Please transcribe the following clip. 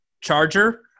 Charger